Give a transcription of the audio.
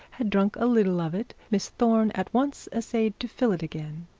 had drunk a little of it, miss thorne at once essayed to fill it again.